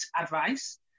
advice